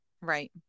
Right